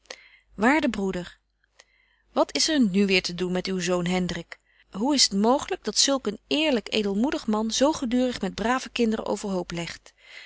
waarde broeder wat is er nu weêr te doen met uw zoon hendrik hoe is t mooglyk dat zulk een eerlyk edelmoedig man zo gedurig met brave kinderen overhoop legt